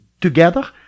together